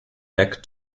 back